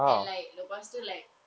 and like lepas tu like